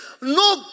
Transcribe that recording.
No